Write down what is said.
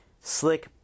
slick